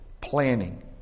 planning